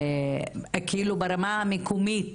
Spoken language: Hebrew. כאילו ברמה המקומית,